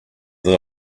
that